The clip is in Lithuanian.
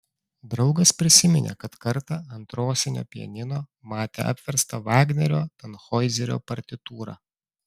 draugas prisiminė kad kartą ant rosinio pianino matė apverstą vagnerio tanhoizerio partitūrą